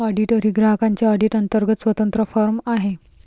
auditor ही ग्राहकांच्या audit अंतर्गत स्वतंत्र फर्म आहे